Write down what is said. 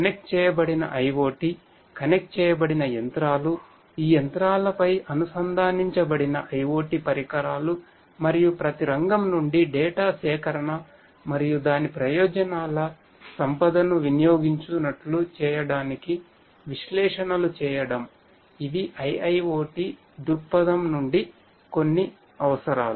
connect చేయబడిన IoT connect చేయబడిన యంత్రాలు ఈ యంత్రాలపై అనుసంధానించబడిన IoT పరికరాలు మరియు ప్రతి రంగం నుండి డేటా సేకరణ మరియు దాని ప్రయోజనాల సంపదను వినియోగించునట్లు చేయడానికి విశ్లేషణలు చేయడం ఇవి IIoT దృక్పథం నుండి కొన్ని అవసరాలు